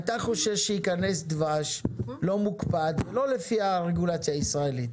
אתה חושש שייכנס דבש לא מוקפד ולא לפי הרגולציה הישראלית.